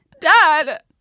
dad